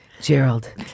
Gerald